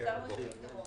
החזרנו את המקדמות.